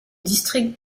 district